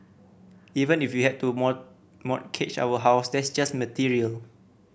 even if we had to more mortgage our house that's just material